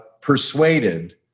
persuaded